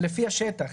זה לפי השטח.